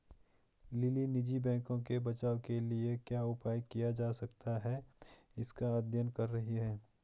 lily निजी बैंकों के बचाव के लिए क्या उपाय किया जा सकता है इसका अध्ययन कर रही है